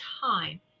time